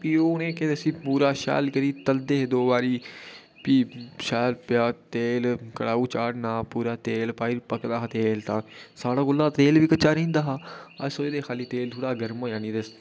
फ्ही ओह् उ'नें ई केह् दस्सी पूरा शैल करी तलदे हे दो बारी फ्ही शैल प्याज तेल कढाउ चाढ़ना पूरी तेल पकदा हा तेल तां साढ़े कोला तेल बी कच्चा रेही जंदा हा अस सोचदे हे कि तेल थ्होड़ा गरम होया नेईं ते